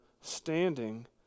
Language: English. standing